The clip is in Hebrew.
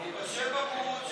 יפה, היושב-ראש.